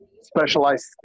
specialized